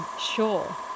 sure